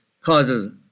causes